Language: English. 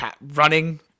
running